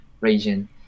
region